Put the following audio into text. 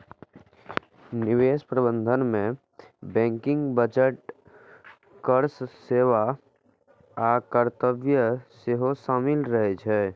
निवेश प्रबंधन मे बैंकिंग, बजट, कर सेवा आ कर्तव्य सेहो शामिल रहे छै